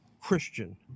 Christian